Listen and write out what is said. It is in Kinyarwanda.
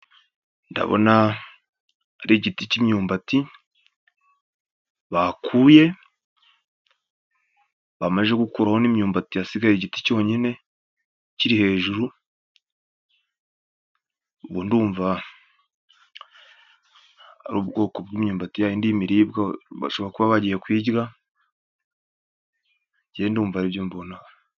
Ndabona ari igiti cy'imyumbati, bakuye bamaze gukuraho imyumbati hasigaye igiti cyonyine, kiri hejuru, ubu ndumva ari ubwoko bw'imyumbati ya yindi y'imiribwa, bashobora kuba bagiye kuyirya, njyewe ndumva Ari byo mbona.